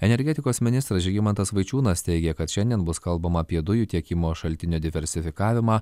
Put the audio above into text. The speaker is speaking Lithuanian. energetikos ministras žygimantas vaičiūnas teigia kad šiandien bus kalbama apie dujų tiekimo šaltinių diversifikavimą